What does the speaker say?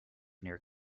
near